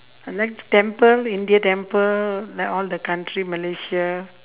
I like temple india temple like all the country malaysia